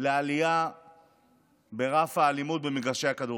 לעלייה ברף האלימות במגרשי הכדורגל.